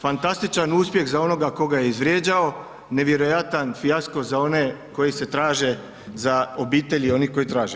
Fantastičan uspjeh za onoga tko ga je izvrijeđao, nevjerojatan fijasko za one koji se traže za obitelji onih koji traže.